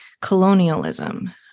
colonialism